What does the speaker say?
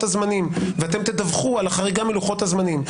הזמנים ואתם תדווח על החריגה מלוחות הזמנים.